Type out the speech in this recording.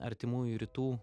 artimųjų rytų